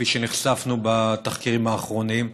כפי שנחשפנו בתחקירים האחרונים,